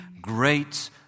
Great